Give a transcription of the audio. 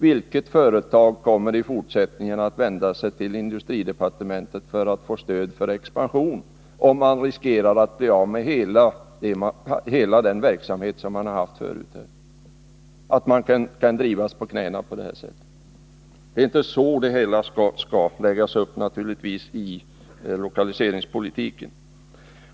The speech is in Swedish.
Vilket företag kommer i fortsättningen att vända sig till industridepartementet för att få stöd till en expansion, om man riskerar att bli av med hela den verksamhet som man haft förut och drivas på knäna på det här sättet? Det är naturligtvis inte så det hela skall läggas upp i lokaliseringspolitiken.